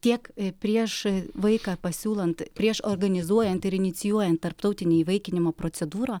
tiek prieš vaiką pasiūlant prieš organizuojant ir inicijuojant tarptautinę įvaikinimo procedūrą